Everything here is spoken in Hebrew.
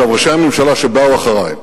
ראשי הממשלה שבאו אחרי,